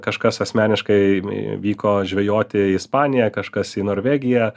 kažkas asmeniškai vyko žvejoti į ispaniją kažkas į norvegiją